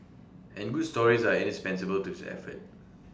and good stories are indispensable to this effort